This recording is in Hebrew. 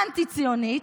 אנטי-ציונית,